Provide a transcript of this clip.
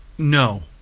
No